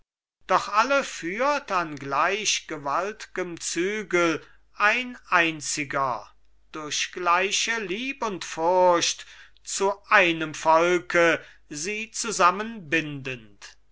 doch alle führt an gleich gewaltgem zügel ein einziger durch gleiche lieb und furcht zu einem volke sie zusammenbindend